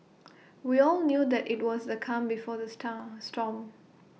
we all knew that IT was the calm before the star storm